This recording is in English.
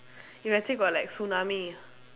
imagine got like tsunami